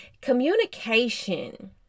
Communication